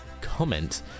comment